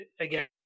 again